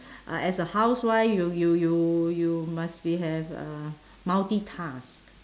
uh as a housewife you you you you must be have uh multitask